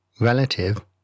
relative